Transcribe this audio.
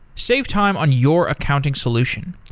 save time on your accounting solution.